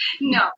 No